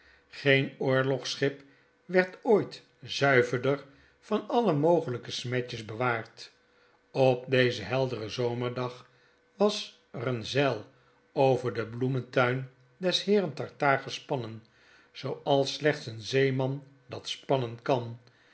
geen oorlogsschip werd ooit zuiverder van alle mogelyke smetjes bewaard op dezen helderen zomerdag was er een zeil over den bloementuin des heeren tartaar gespannen zooals slechts een zeeman dat spannen kan